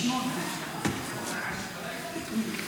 קולו עוד לא נשמע.